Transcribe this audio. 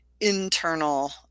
internal